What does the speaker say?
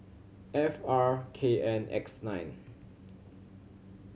F R K N X nine